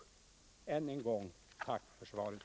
Än en gång tack för svaret.